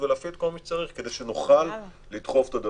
ולהפעיל את כל מי שצריך כדי שנוכל לדחוף את הדבר הזה.